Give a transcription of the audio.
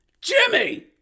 Jimmy